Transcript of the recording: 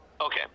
Okay